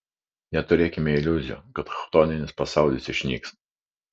neturėkime iliuzijų kad chtoninis pasaulis išnyks